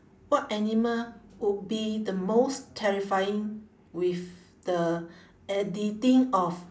what animal would be the most terrifying with the editing of